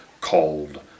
called